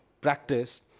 practice